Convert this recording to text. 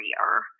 career